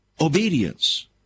obedience